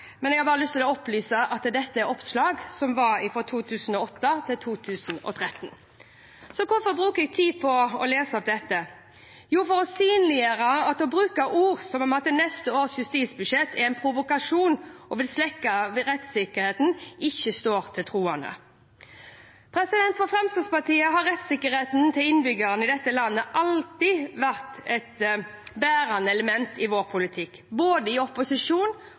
men jeg har bare lyst til å opplyse om at dette er oppslag fra 2008 til 2013. Hvorfor bruker jeg tid på å lese opp dette? Jo, for å synliggjøre at å bruke ord som at neste års justisbudsjett er en provokasjon og vil svekke rettssikkerheten, ikke står til troende. For Fremskrittspartiet har rettssikkerheten til innbyggerne i dette landet alltid vært et bærende element i vår politikk, både i opposisjon